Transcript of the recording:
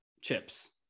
chips